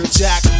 jack